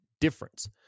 difference